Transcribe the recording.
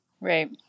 Right